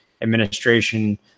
Administration